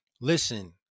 Listen